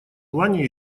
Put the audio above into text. плане